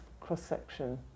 cross-section